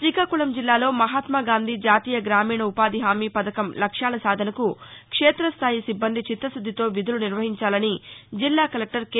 రీకాకుళం జిల్లాలో మహత్మగాంధీ జాతీయ గ్రామీణ ఉపాధిహామీ పథకం లక్ష్యాల సాధనకు క్షేతస్థాయి సిబ్బంది చిత్తశుద్దితో విధులు నిర్వహించాలని జిల్లా కలెక్లర్ కె